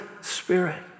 spirit